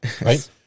Right